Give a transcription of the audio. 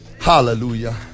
Hallelujah